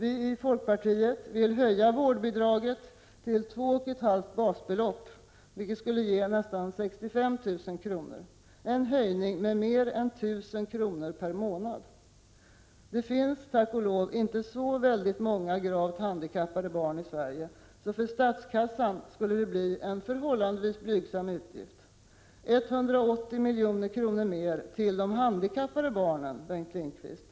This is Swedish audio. Vi i folkpartiet vill höja vårdbidraget till 2,5 basbelopp, vilket blir nästan 65 000 kr. Det innebär en höjning med mer än 1 000 kr. per månad. Det finns tack och lov inte så många gravt handikappade barn i Sverige, så för statskassan blir det en ganska blygsam utgift. Det skulle bli 180 milj.kr. mer till de handikappade barnen, Bengt Lindqvist.